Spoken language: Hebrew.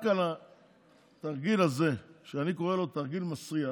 רק על התרגיל הזה, שאני קורא לו תרגיל מסריח,